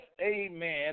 amen